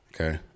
Okay